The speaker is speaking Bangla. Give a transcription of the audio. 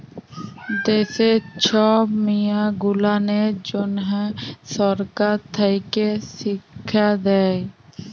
দ্যাশের ছব মিয়াঁ গুলানের জ্যনহ সরকার থ্যাকে শিখ্খা দেই